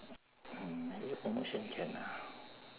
hmm maybe a promotion can lah